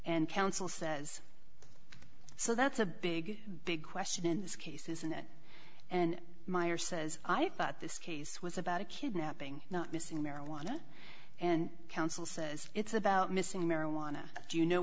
and counsel says so that's a big big question in this case isn't it and meyer says i thought this case was about a kidnapping not missing marijuana and council says it's about missing marijuana do you know